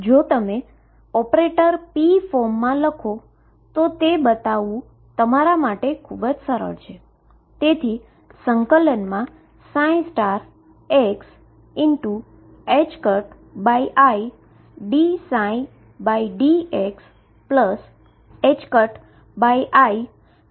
જો તમે operator p ફોર્મમાં લખો છો તો તે બતાવવુ તમારા માટે ખૂબ જ સરળ છે